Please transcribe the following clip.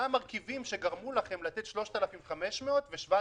מה המרכיבים שגרמו לכם לתת 3,500 ו-7,500?